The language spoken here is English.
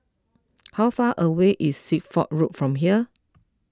how far away is Suffolk Road from here